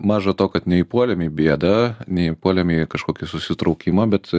maža to kad neįpuolėm į bėda neįpuolėm į kažkokį susitraukimą bet